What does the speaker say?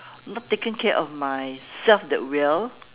not taken care of myself that well